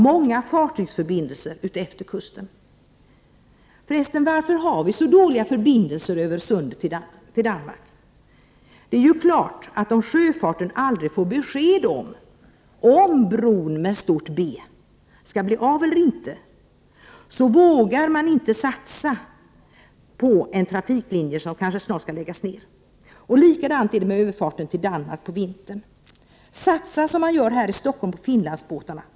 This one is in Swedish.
Varför har vi då så dåliga förbindelser över sundet till Danmark? Det är ju klart att om sjöfarten aldrig får besked om huruvida bron med stort B blir av eller inte, vågar man inte satsa på en trafiklinje som kanske snart skall läggas ner. På samma sätt är det med överfarten till Danmark på vintern. Satsa som man gör här i Stockholm på Finlandsbåtarna!